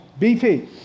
BP